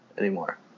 anymore